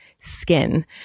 skin